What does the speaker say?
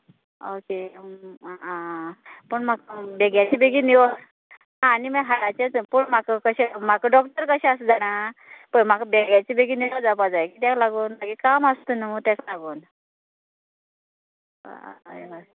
okay पूण म्हाका बेगीनच्या बेगीन निवळ आनी म्हाका हाडाचें पूण म्हाका कशें म्हाका डॉक्टर कशें आसा जाणा पय म्हाका बेगीनच्या बेगीन निवळ जावपा जाय कित्याक लागून मागे काम आसता न्हू तेका लागून हय हय